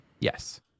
yes